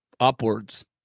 Upwards